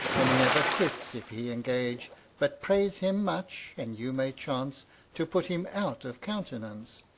and never quits if he engage but praise him much, and you may chance to put him out of countenance.